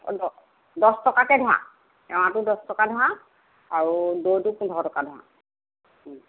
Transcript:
অঁ দ দহ টকাকৈ ধৰা এৱাঁটো দহ টকা ধৰা আৰু দৈটো পোন্ধৰ টকা ধৰা